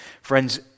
Friends